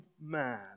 man